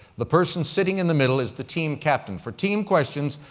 the person sitting in the middle is the team captain. for team questions,